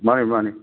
ꯃꯥꯟꯅꯤ ꯃꯥꯟꯅꯤ